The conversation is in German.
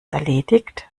erledigt